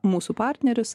mūsų partnerius